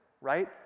right